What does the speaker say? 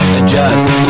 adjust